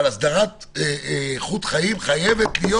אבל הסדרת איכות חיים חייבת להיות